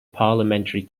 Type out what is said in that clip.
parliamentary